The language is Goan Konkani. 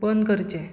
बंद करचें